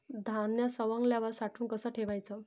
धान्य सवंगल्यावर साठवून कस ठेवाच?